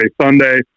Sunday